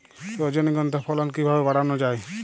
রজনীগন্ধা ফলন কিভাবে বাড়ানো যায়?